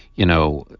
you know,